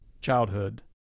childhood